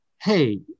hey